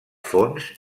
fons